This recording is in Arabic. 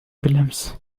بالأمس